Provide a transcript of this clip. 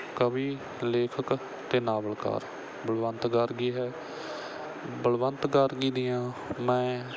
ਕਵੀ ਲੇਖਕ ਅਤੇ ਨਾਵਲਕਾਰ ਬਲਵੰਤ ਗਾਰਗੀ ਹੈ ਬਲਵੰਤ ਗਾਰਗੀ ਦੀਆਂ ਮੈਂ